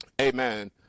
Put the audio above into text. Amen